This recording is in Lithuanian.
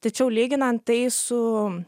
tačiau lyginant tai su